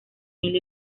mil